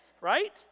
right